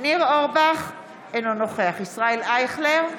ניר אורבך, אינו נוכח ישראל אייכלר,